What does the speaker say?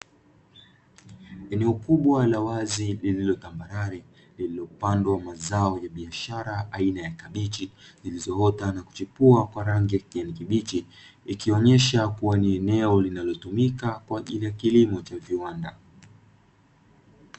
Eneo kubwa la wazi lililo tambarare limepandwa mazao ya biashara aina ya kabichi zilizo ota na kuchipua kwa rangi ya kijani kibichi. ikionyesha kuwa ni eneo lilnalotumika kwajili ya kilimo cha viwanda.